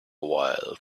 while